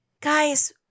guys